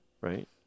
right